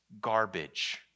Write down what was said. garbage